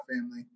family